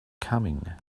coming